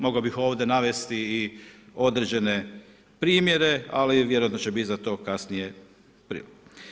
Mogao bih ovdje navesti i određene primjere, ali vjerojatno će biti za to kasnije prilike.